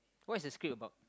what's the script about